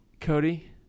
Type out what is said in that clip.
Cody